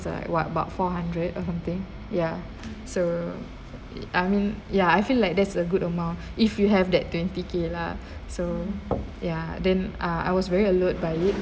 it's like what about four hundred or something ya so I mean ya I feel like that's a good amount if you have that twenty K lah so ya then uh I was very alert by it